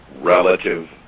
relative